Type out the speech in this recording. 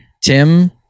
Tim